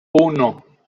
uno